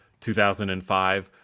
2005